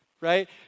right